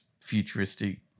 futuristic